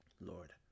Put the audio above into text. Lord